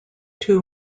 two